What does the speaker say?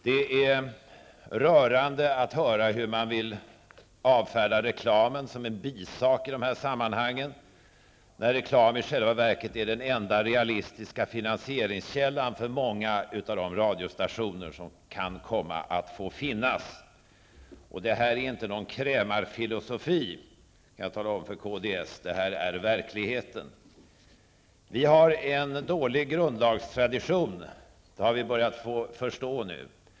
Det är rörande att höra hur man vill avfärda reklamen som en bisak i de här sammanhangen, när reklam i själva verket är den enda realistiska finansieringskällan för många av de radiostationer som kan komma att få finnas. Det här är ingen krämarfilosofi, vill jag säga till kds, det här är verkligheten. Vi har en dålig grundlagstradition. Det har vi börjat förstå nu.